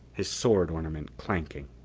his sword ornament clanking.